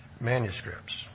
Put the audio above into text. Manuscripts